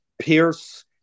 Pierce